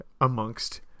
amongst